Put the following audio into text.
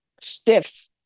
stiff